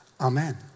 amen